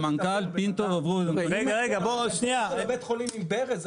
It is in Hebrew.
סמנכ"ל ------ בית חולים עם ברז,